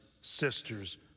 sisters